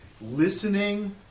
listening